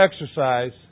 exercise